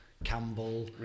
Campbell